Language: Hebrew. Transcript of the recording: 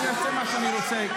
אני אעשה מה שאני רוצה.